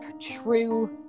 true